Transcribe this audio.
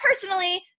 personally